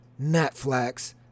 Netflix